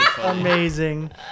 Amazing